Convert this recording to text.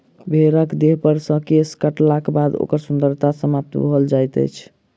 भेंड़क देहपर सॅ केश काटलाक बाद ओकर सुन्दरता समाप्त भ जाइत छै